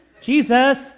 Jesus